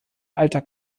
alter